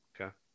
Okay